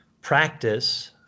practice